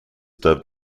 dubbed